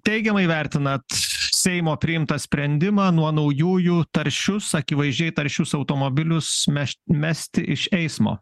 teigiamai vertinat seimo priimtą sprendimą nuo naujųjų taršius akivaizdžiai taršius automobilius meš mesti iš eismo